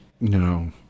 No